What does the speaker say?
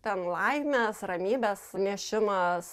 ten laimės ramybės nešimas